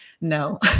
No